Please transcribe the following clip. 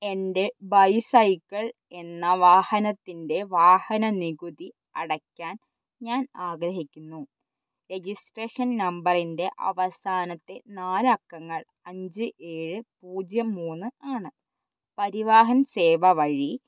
എൻ്റെ ബൈസൈക്കിൾ എന്ന വാഹനത്തിൻ്റെ വാഹന നികുതി അടയ്ക്കാൻ ഞാൻ ആഗ്രഹിക്കുന്നു രജിസ്ട്രേഷൻ നമ്പറിൻ്റെ അവസാനത്തെ നാലക്കങ്ങൾ അഞ്ച് ഏഴ് പൂജ്യം മൂന്ന് ആണ് പരിവാഹൻ സേവ വഴി